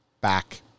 Back